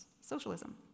socialism